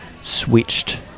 switched